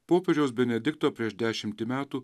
popiežiaus benedikto prieš dešimtį metų